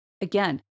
Again